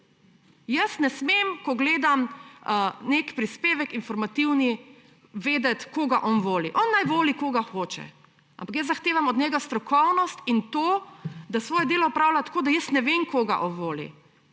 Jaz ne smem, ko gledam nek informativni prispevek, vedeti, koga on voli. On naj voli, kogar hoče, ampak jaz zahtevam od njega strokovnost in to, da svoje delo opravlja tako, da jaz ne vem, koga on voli.